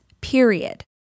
period